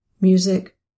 music